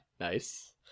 Nice